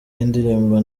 y’indirimbo